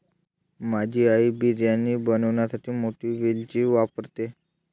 माझी आई बिर्याणी बनवण्यासाठी मोठी वेलची वापरते